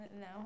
No